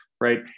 right